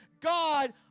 God